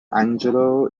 anglo